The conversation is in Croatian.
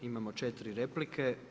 Imamo 4 replike.